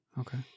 okay